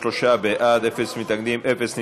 33 בעד, אין מתנגדים, אין נמנעים.